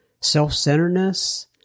self-centeredness